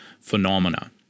phenomena